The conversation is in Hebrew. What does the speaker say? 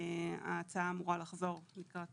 ההצעה אמורה לחזור לפני